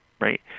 Right